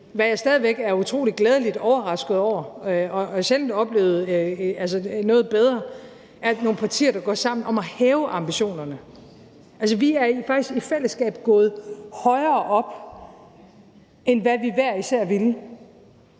hvad jeg stadig er utrolig glædeligt overrasket over, for jeg har sjældent oplevet noget bedre – er nogle partier, der går sammen om at hæve ambitionerne? Altså, vi er faktisk i fællesskab gået højere op, end hvad vi hver især ville.